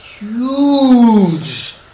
huge